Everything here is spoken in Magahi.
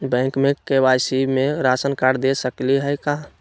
बैंक में के.वाई.सी में राशन कार्ड दे सकली हई का?